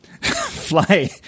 fly